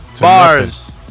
Bars